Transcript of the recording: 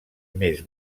més